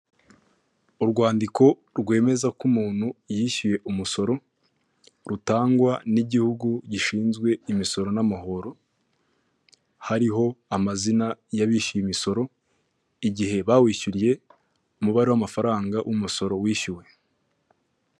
Urwandiko rwemeza ko umuntu yishyuye umusoro, rutangwa n'igihugu gishinzwe imisoro n'amahoro, hariho amazina y'abishyuye imisoro, igihe bawishyuriye, umubare w'amafaranga, umusoro wishyuwe.